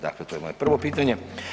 Dakle to je moje prvo pitanje.